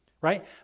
right